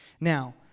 Now